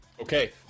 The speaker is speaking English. Okay